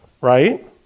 right